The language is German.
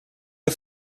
ihr